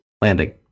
landing